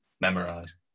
memorize